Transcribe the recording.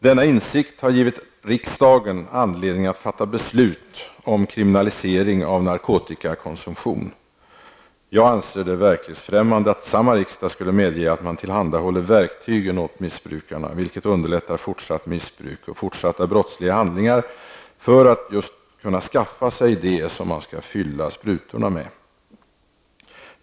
Denna insikt har givit riksdagen anledning att fatta beslut om kriminalisering av narkotikakonsumtion. Jag anser det verklighetsfrämmande att samma riksdag skulle medge att man tillhandahåller verktygen åt missbrukarna, vilket underlättar fortsatt missbruk och fortsatta brottsliga handlingar för att kunna skaffa det som man skall fylla sprutorna med.